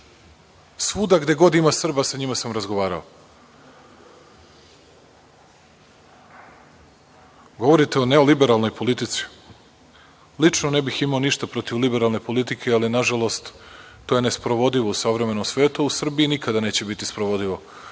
Svuda gde god ima Srba sa njima sam razgovarao. Govorite o neoliberalnoj politici. Lično ne bih imao ništa protiv liberalne politike, ali nažalost to je nesprovodivo u savremenom svetu. U Srbiji nikada neće biti sprovodivo